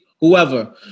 whoever